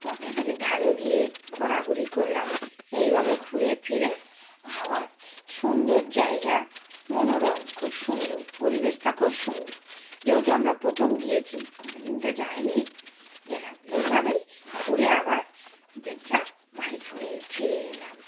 পদ্মা নদীর ধারে গিয়ে ঘোরাঘুরি করলাম এইভাবে ঘুরে ফিরে আবার সুন্দর জায়গা মনোরম খুব সুন্দর পরিবেশটা খুব সুন্দর যেহেতু আমরা প্রথম গিয়েছি কোনো দিন তো যাই নি গেলাম এইভাবেই ঘুরে আবার যে যার বাড়ি ফরে ফিরে এলাম